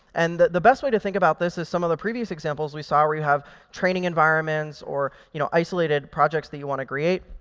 and the the best way to think about this is some of the previous examples we saw where you have training environments or you know isolated projects that you want to create.